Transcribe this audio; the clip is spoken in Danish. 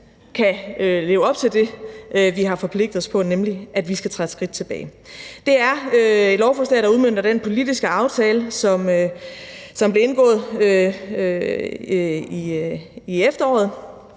kan leve op til det, vi har forpligtet os på, nemlig at vi skal træde et skridt tilbage. Det er et lovforslag, der udmønter den politiske aftale, som i efteråret